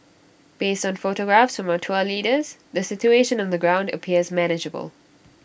based on photographs from our tour leaders the situation on the ground appears manageable